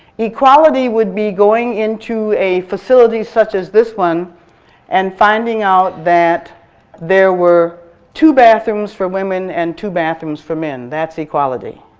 equality would be going into a facility such as this one and finding out that there were two bathrooms for women and two bathrooms for men. that's equality.